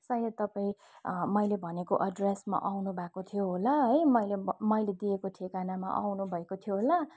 सायद तपाईँ मैले भनेको एड्रेसमा आउनुभएको थियो होला हो मैले मैले दिएको ठेगानामा आउनुभएको थियो होला